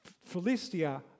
Philistia